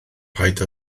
paid